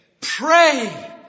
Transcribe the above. Pray